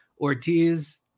Ortiz